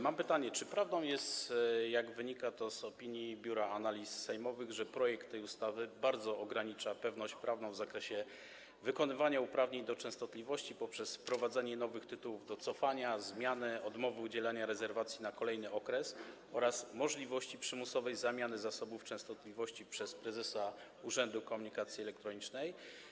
Mam pytanie, czy prawdą jest, jak wynika to z opinii Biura Analiz Sejmowych, że projekt tej ustawy bardzo ogranicza pewność prawną w zakresie wykonywania uprawnień do częstotliwości poprzez wprowadzenie nowych tytułów do cofania, zmiany, odmowy udzielenia rezerwacji na kolejny okres oraz możliwości przymusowej zamiany zasobów częstotliwości przez prezesa Urzędu Komunikacji Elektronicznej?